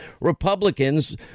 Republicans